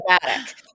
dramatic